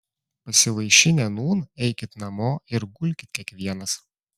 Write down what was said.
pasivaišinę nūn eikit namo ir gulkit kiekvienas